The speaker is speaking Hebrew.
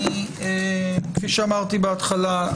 כפי שאמרתי בהתחלה,